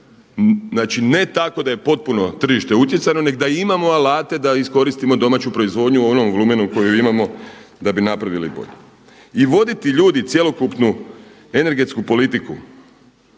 znači ne tako da je potpuno tržište utjecajno nego da imamo alate da iskoristimo domaću proizvodnju u onom volumenu u kojem imamo da bi napravili bolje. I voditi ljudi cjelokupnu energetsku politiku